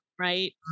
right